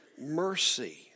mercy